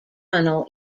tunnel